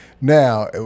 Now